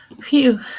Phew